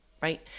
right